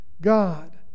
God